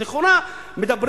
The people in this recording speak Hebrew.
אז לכאורה מדברים.